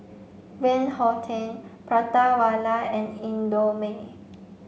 Van Houten Prata Wala and Indomie